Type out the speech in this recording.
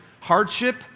Hardship